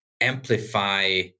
amplify